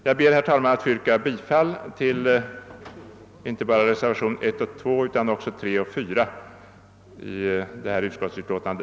Jag ber, herr talman, att få yrka bifall inte bara till reservation I och II utan också till reservationerna III och IV i detta utskottsutlåtande.